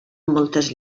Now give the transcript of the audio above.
moltes